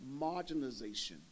marginalization